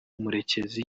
murekezi